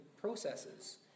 processes